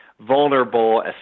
vulnerable